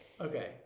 Okay